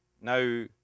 Now